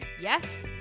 yes